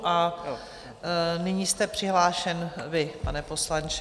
A nyní jste přihlášen vy, pane poslanče.